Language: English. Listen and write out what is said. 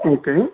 okay